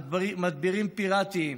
מדבירים פיראטיים,